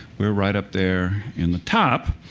we're right up there in the top.